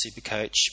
Supercoach